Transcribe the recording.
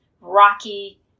rocky